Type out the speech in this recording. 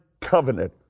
covenant